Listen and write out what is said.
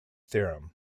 theorem